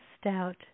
stout